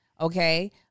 okay